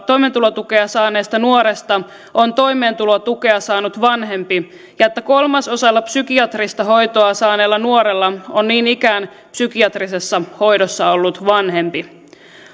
toimeentulotukea saaneesta nuoresta on toimeentulotukea saanut vanhempi ja että kolmasosalla psykiatrista hoitoa saaneista nuorista on niin ikään psykiatrisessa hoidossa ollut vanhempi